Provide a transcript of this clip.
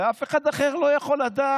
הרי אף אחד אחר לא יכול לדעת.